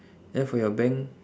then for your bank